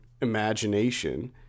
imagination